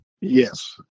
Yes